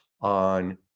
on